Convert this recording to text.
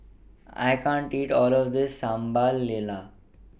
I can't eat All of This Sambal Lala